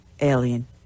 alien